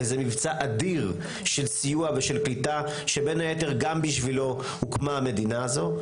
וזה מבצע אדיר של סיוע ושל קליטה שבין היתר גם בשבילו הוקמה המדינה הזו.